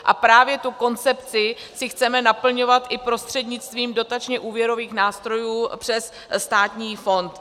A právě tu koncepci si chceme naplňovat i prostřednictvím dotačněúvěrových nástrojů přes státní fond.